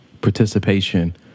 participation